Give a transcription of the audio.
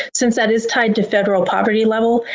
since that is tied to federal poverty level,